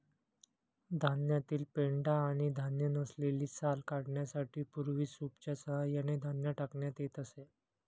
धान्यातील पेंढा आणि धान्य नसलेली साल काढण्यासाठी पूर्वी सूपच्या सहाय्याने धान्य टाकण्यात येत असे